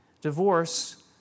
Divorce